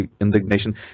indignation